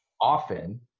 often